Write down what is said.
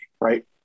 right